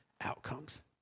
outcomes